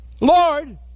Lord